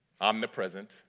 omnipresent